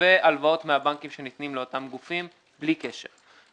והלוואות מהבנקים שנותנים לאותם גופים בלי קשר.